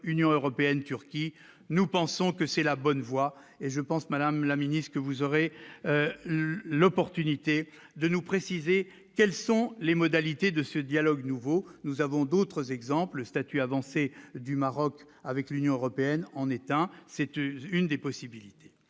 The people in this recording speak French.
Union européenne-Turquie : nous pensons que c'est la bonne voie et je pense, Madame la Ministre, que vous aurez l'opportunité de nous préciser quelles sont les modalités de ce dialogue nouveau nous avons d'autres exemples le statut avancé du Maroc avec l'Union européenne en étant c'était une des possibilités